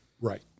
Right